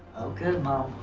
okay momma.